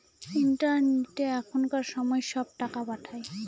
ইন্টারনেটে এখনকার সময় সব টাকা পাঠায়